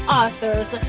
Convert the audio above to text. authors